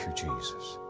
jesus,